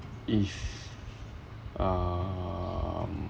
if um